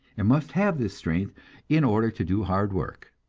and must have this strength in order to do hard work.